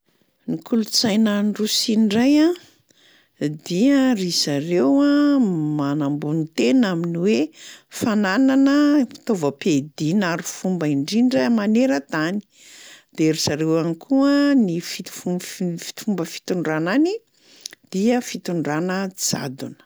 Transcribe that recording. Ny kolontsaina any Rosia ndray a dia ry zareo a manambony tena amin'ny hoe fananana fitaovam-piadiana harifomba indrindra maneran-tany, de ry zareo ihany koa ny fit- fomba fitondrana any dia fitondrana jadona.